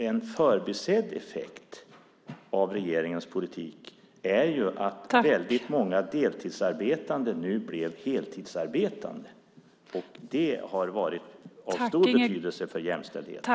En förbisedd effekt av regeringens politik är att många deltidsarbetande nu har blivit heltidsarbetande. Det har varit av stor betydelse för jämställdheten.